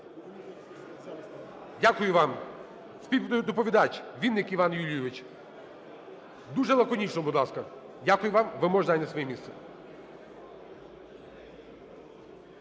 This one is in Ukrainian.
Дякую вам. Співдоповідач – Вінник Іван Юлійович. Дуже лаконічно, будь ласка. Дякую вам. Ви можете зайняти своє місце.